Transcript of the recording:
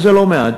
שזה לא מעט,